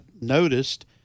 noticed